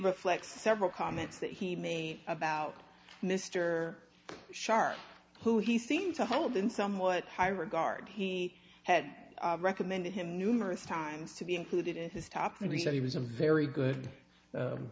reflects several comments that he made about mr sharp who he seemed to hold in somewhat high regard he had recommended him numerous times to be included in his top and he said he was a very good